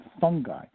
fungi